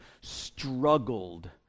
struggled